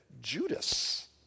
Judas